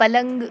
پلنگ